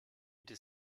bitte